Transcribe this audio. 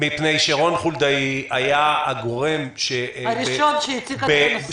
מפני שרון חולדאי היה הגורם -- הראשון שהציף את הנושא הזה.